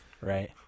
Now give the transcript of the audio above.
right